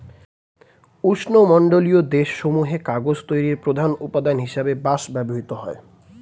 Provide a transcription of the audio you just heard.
উষ্ণমণ্ডলীয় দেশ সমূহে কাগজ তৈরির প্রধান উপাদান হিসেবে বাঁশ ব্যবহৃত হয়